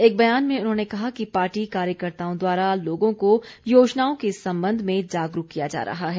एक बयान में उन्होंने कहा कि पार्टी कार्यकर्ताओं द्वारा लोगों को योजनाओं के संबंध में जागरूक किया जा रहा है